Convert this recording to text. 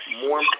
more